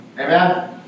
Amen